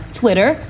twitter